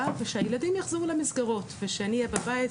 ושהילדים יחזרו למסגרות ושאני אהיה בבית,